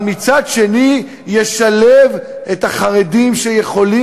אבל מצד שני ישלב את החרדים שיכולים